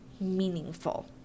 meaningful